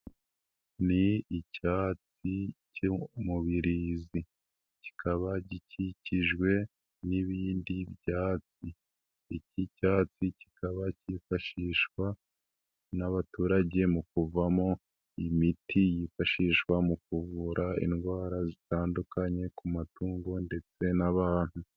Ii icyatsi cy'umubirizi, kikaba gikikijwe n'ibindi byatsi, iki cyatsi kikaba cyifashishwa n'abaturage mu kuvamo miti yifashishwa mu kuvura indwara zitandukanye ku matungo ndetse n'abantu.